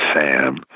Sam